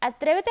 atrévete